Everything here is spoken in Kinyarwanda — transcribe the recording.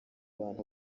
abantu